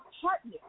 partner